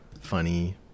funny